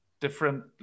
different